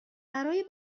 برای